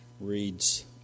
reads